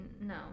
No